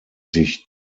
sich